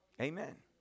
Amen